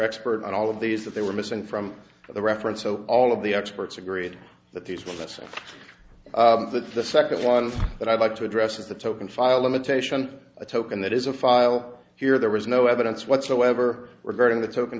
expert on all of these that they were missing from the reference so all of the experts agreed that these witnesses that the second one that i'd like to address is the token file limitation a token that is a file here there was no evidence whatsoever were very in the token